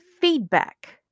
feedback